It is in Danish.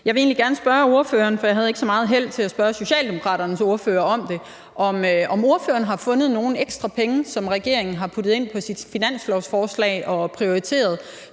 Jeg vil egentlig gerne spørge ordføreren, for jeg havde ikke så meget held til at spørge Socialdemokraternes ordfører om det, om ordføreren har fundet nogle ekstra penge, som regeringen har puttet ind på sit finanslovsforslag og prioriteret